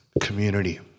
community